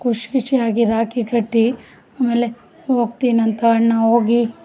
ಖುಷಿ ಖುಷಿಯಾಗಿ ರಾಕಿ ಕಟ್ಟಿ ಆಮೇಲೆ ಹೋಗ್ತೀನಂತ ಅಣ್ಣ ಹೋಗಿ